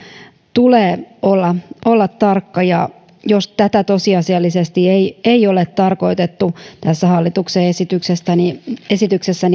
tulee olla olla tarkka jos tätä tosiasiallisesti ei ei ole tarkoitettu tässä hallituksen esityksessä